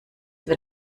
wird